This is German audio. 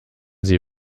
sie